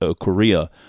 Korea